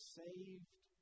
saved